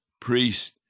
priest